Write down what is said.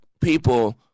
people